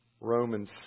Romans